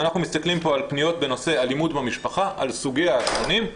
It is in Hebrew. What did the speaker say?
אנחנו מסתכלים פה על פניות בנושא אלימות במשפחה על סוגיה השונים,